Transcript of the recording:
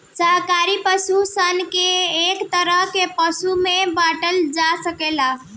शाकाहारी पशु सन के एक तरह के पशु में बाँटल जा सकेला